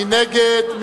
מי נגד?